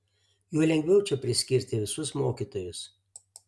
juo lengviau čia priskirti visus mokytojus